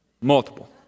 Multiple